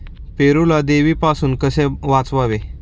पेरूला देवीपासून कसे वाचवावे?